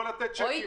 לא לתת צ'קים.